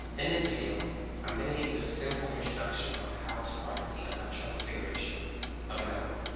in this video i'm gonna give you a simple introduction on how to write the electron configuration of an element